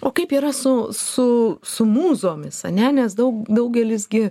o kaip yra su su su mūzomis ane nes daug daugelis gi